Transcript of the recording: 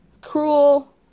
cruel